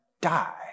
die